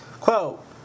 Quote